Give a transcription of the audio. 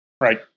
Right